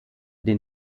den